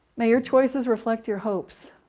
may your choices reflect your hopes,